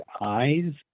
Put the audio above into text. EYES